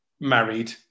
married